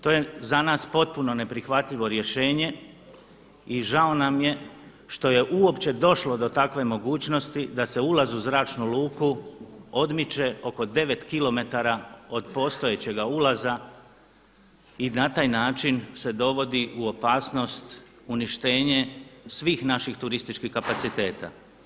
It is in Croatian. To je za nas potpuno neprihvatljivo rješenje i žao nam je što je uopće došlo do takve mogućnosti da se ulaz u zračnu luku odmiče oko 9km od postojećega ulaza i na taj način se dovodi u opasnost uništenje svih naših turističkih kapaciteta.